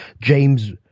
James